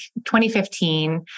2015